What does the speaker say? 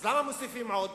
אז למה מוסיפים עוד?